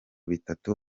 bitatu